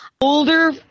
older